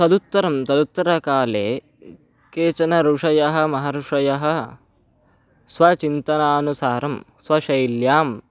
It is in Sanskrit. तदुत्तरं तदुत्तरकाले केचन ऋषयः महर्षयः स्वचिन्तनानुसारं स्वशैल्यां